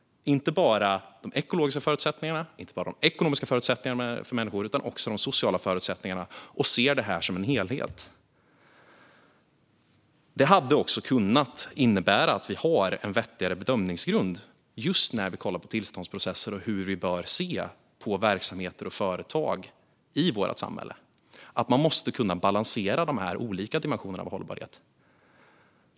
Det handlar inte bara om de ekologiska förutsättningarna, inte heller endast om de ekonomiska förutsättningarna för människor utan det handlar också om de sociala förutsättningarna. Det är en helhet. Det hade också kunnat innebära en vettigare bedömningsgrund just när vi kollar på tillståndsprocesser och hur vi bör se på verksamheter och företag i vårt samhälle. Man måste kunna balansera de olika dimensionerna av hållbarhet.